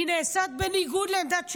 נעשית בניגוד לעמדת שב"כ.